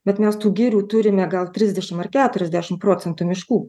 bet mes tų girių turime gal trisdešimt ar keturiasdešimt procentų miškų